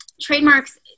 trademarks